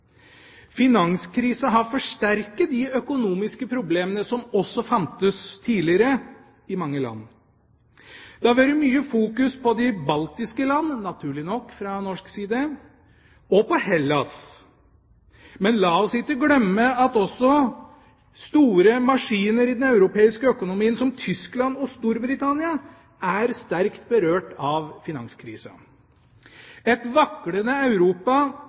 Finanskrisa har forsterket de økonomiske problemene som også fantes tidligere i mange land. Det har vært mye fokus på de baltiske land, naturlig nok, fra norsk side, og på Hellas, men la oss ikke glemme at også store maskiner i den europeiske økonomien, som Tyskland og Storbritannia, er sterkt berørt av finanskrisa. Et vaklende Europa